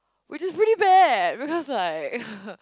which is really bad because like